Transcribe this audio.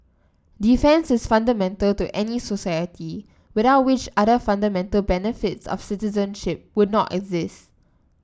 defence is fundamental to any society without which other fundamental benefits of citizenship would not exist